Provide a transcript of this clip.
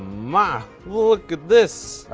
my, look at this.